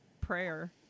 prayer